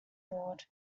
board